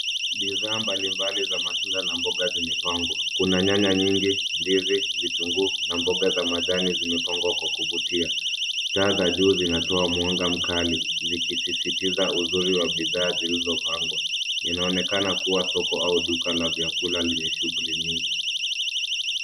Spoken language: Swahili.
Bidhaa mbalimbali za matunda na mboga zimepangwa. Kunaa nyanya nyingi, ndizi, vitunguu na mboga za majani zimepangwa kwa kuvutia. Taa za juu zinatoa mwanga mkali zikisisitiza uzuri wa bidhaa zilizopangwa. Inaonekana kuwa soko au duka la vyakula lenye shughuli nyingi.